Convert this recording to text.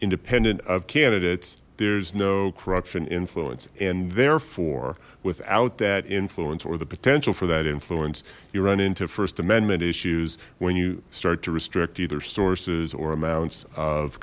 independent of candidates there's no corruption influence and therefore without that influence or the potential for that influence you run into first amendment issues when you start to restrict either sources or amounts of